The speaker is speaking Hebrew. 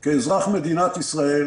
תל אביב-יפו,